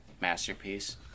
masterpiece